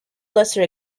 lesser